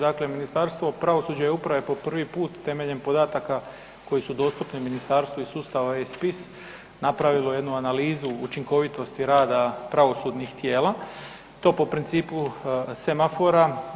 Dakle, Ministarstvo pravosuđa i uprave po prvi put temeljem podataka koji su dostupni ministarstvu iz sustava e-spis napravilo je jednu analizu učinkovitosti rada pravosudnih tijela i to po principu semafora.